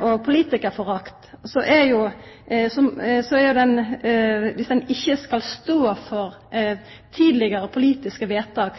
og politikarforakt: Dersom ein ikkje kan stå for tidlegare politiske vedtak,